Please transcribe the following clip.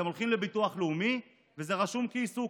אתם הולכים לביטוח לאומי וזה רשום כעיסוק,